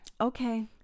okay